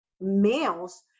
males